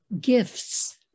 gifts